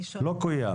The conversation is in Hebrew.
הוא לא קוים.